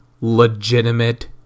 Legitimate